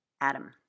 Adam